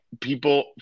people